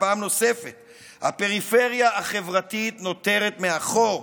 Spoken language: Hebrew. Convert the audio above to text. ופעם נוספת הפריפריה החברתית נותרת מאחור,